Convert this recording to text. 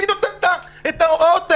מי נותן את ההוראות האלה?